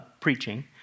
preaching